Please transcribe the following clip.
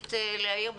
רצית להעיר.